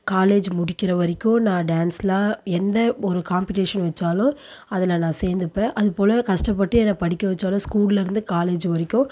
college முடிக்கிற வரைக்கும் நான் டான்ஸ்லாம் எந்த ஒரு காம்பட்டீஷன் வைச்சாலும் அதில் நான் சேர்ந்துப்பேன் அதுபோல் கஷ்டப்பட்டு என்னை படிக்க வைச்சாலும் ஸ்கூல்லேருந்து காலேஜ் வரைக்கும்